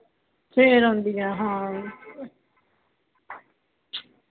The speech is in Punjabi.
ਫੇਰ ਆਉਂਦੀ ਆ ਹਾਂ